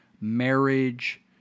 marriage